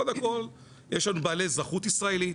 קודם כל יש לנו בעלי אזרחות ישראלית,